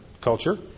culture